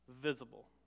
visible